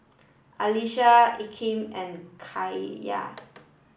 Alisha Akeem and Kaiya